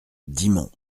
dixmont